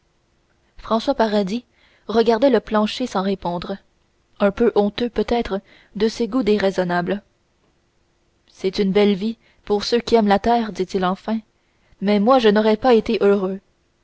françois paradis regardait le plancher sans répondre un peu honteux peut-être de ses goûts déraisonnables c'est une belle vie pour ceux qui aiment la terre dit-il enfin mais moi je n'aurais pas été heureux